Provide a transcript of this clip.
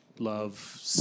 Love